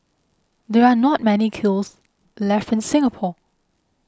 there are not many kilns left in Singapore